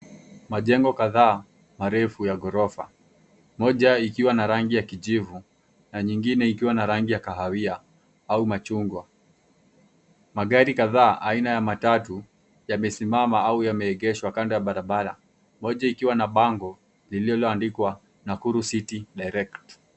Majengo kadhaa, marefu ya ghorofa, moja ikiwa na rangi ya kijivu, na nyingine ikiwa na rangi ya kahawia au machungwa. Magari kadhaa aina ya matatu, yamesimama au yameegeshwa kando ya barabara, moja ikiwa na bango lililoandikwa Nakuru City Direct .